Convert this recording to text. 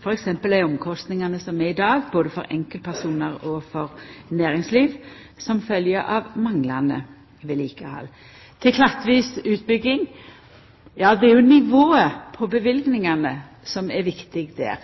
som er i dag både for enkeltpersonar og for næringsliv som følgje av manglande vedlikehald. Så til klattvis utbygging. Det er nivået på løyvingane som er viktig der.